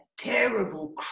terrible